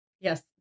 Yes